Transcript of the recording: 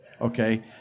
Okay